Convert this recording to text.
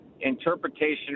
interpretation